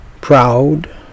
proud